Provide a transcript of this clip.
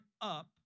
up